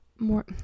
more